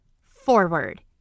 Forward